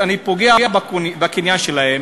אני פוגע בקניין שלהם,